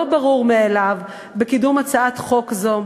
הלא-ברור-מאליו בקידום הצעת חוק זו.